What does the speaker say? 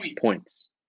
Points